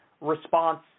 response